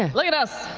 and look at us!